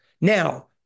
Now